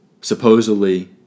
supposedly